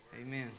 Amen